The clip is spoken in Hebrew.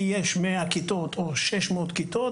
לי יש 100 כיתות או 600 כיתות,